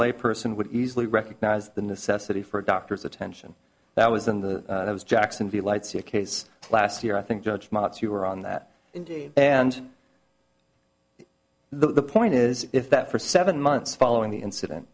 layperson would easily recognize the necessity for a doctor's attention that was in the jacksonville lights see a case last year i think judgments you were on that and the point is if that for seven months following the incident